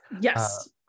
Yes